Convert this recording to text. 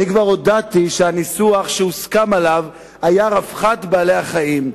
אני כבר הודעתי שהניסוח שהוסכם עליו היה "רווחת בעלי-החיים",